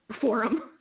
forum